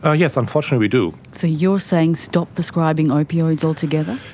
ah yes, unfortunately we do. so you're saying stop prescribing opioids all together?